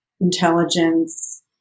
intelligence